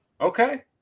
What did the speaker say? Okay